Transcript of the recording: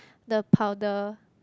the powder